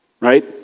Right